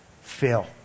fail